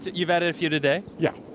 you've added a few today? yeah.